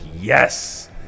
yes